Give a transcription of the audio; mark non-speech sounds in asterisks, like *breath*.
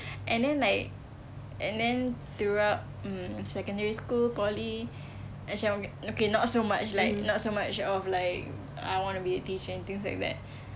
and then like and then throughout mm secondary school poly *breath* macam okay not so much like not so much of like I wanna be a teacher and things like that